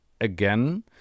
again